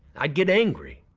i'd get angry.